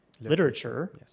literature